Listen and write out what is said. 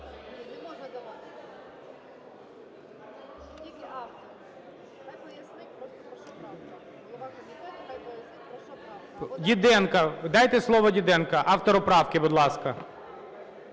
Діденко. Дайте слово Діденко, автору правки, будь ласка.